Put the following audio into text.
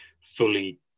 fully